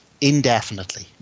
indefinitely